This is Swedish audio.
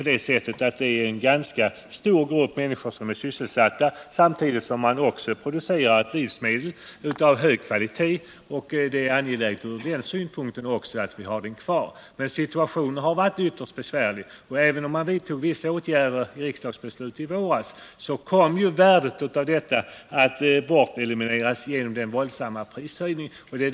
Det är ju en ganska stor grupp människor som är sysselsatta inom trädgårdsnäringen, samtidigt som man där producerar livsmedel av hög kvalitet. Också ur den synpunkten är det angeläget att vi har trädgårdsnäringen kvar. Situationen har varit ytterst besvärlig. Även om man vidtog vissa åtgärder genom ett riksdagsbeslut i våras, kom värdet i hög grad därav att elimineras på grund av den våldsamma oljeprishöjningen.